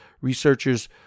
Researchers